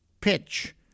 pitch